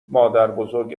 مادربزرگ